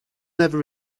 never